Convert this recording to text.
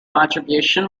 contribution